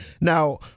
Now